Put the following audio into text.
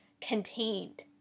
contained